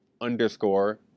underscore